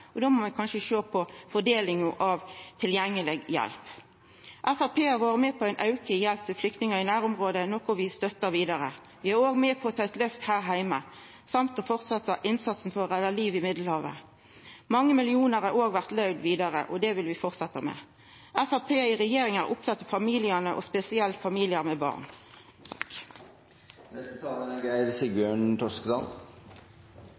det. Då må ein kanskje sjå på fordelinga av tilgjengeleg hjelp. Framstegspartiet har vore med på ein auke i hjelp til flyktningar i nærområda, noko vi støttar vidare. Vi er òg med på å ta eit løft her heime og på å fortsetja innsatsen for å redda liv i Middelhavet. Mange millionar kroner har òg blitt løyvde vidare, og det vil vi fortsetja med. Framstegspartiet i regjering er opptatt av familiane, og spesielt familiar med barn.